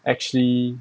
actually